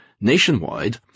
nationwide